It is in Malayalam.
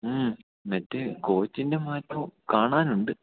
മ്മ് മറ്റേ കോച്ചിൻ്റെ മാറ്റം കാണാനുണ്ട്